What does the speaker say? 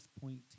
point